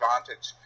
advantage